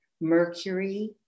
Mercury